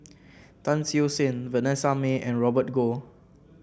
Tan Siew Sin Vanessa Mae and Robert Goh